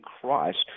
Christ